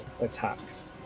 attacks